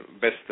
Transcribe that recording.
best